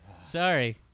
Sorry